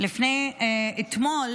אתמול